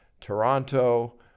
Toronto